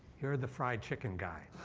you're the fried chicken guy.